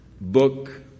Book